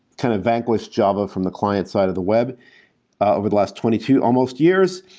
kind of vanquished java from the client's side of the web ah over the last twenty two almost years.